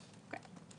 אוקיי.